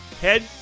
head